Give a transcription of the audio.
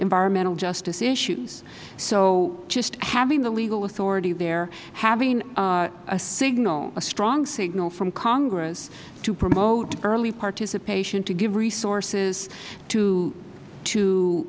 environmental justice issues so just having the legal authority there having a signal a strong signal from congress to promote early participation to give resources to